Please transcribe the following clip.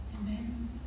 amen